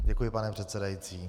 Děkuji, pane předsedající.